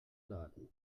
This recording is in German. laden